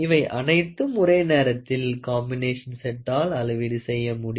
இவை அனைத்தும் ஒரே நேரத்தில் காம்பினேஷன் செட்டால் அளவீடு செய்ய முடியும்